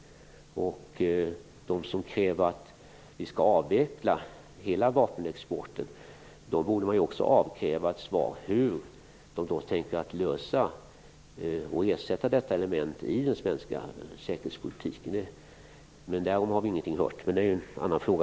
De som kräver att vi skall avveckla hela vapenexporten borde man också avkräva ett svar på hur de kommer att lösa detta problem och ersätta detta element i den svenska säkerhetspolitiken. Därom har vi ingenting hört, men det kanske är en annan fråga.